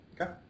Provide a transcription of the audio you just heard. Okay